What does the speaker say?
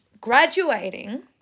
graduating